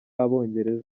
abongereza